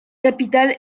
capitale